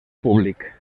públic